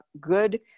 good